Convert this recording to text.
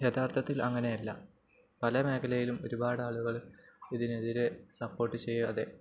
യഥാർത്ഥത്തിൽ അങ്ങനെയല്ല പല മേഖലയിലും ഒരുപാട് ആളുകള് ഇതിനെതിരെ സപ്പോർട്ട് ചെയ്യതെ